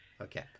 Okay